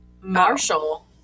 Marshall